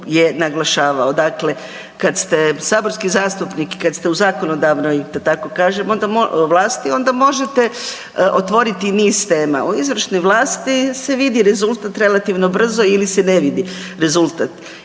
je naglašavao. Dakle, kad ste saborski zastupnik i kad ste u zakonodavnoj da tako kažem vlasti onda možete otvoriti niz tema, u izvršnoj vlasti se vidi rezultat relativno brzo ili se ne vidi rezultat.